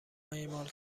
اعمال